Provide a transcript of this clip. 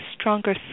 stronger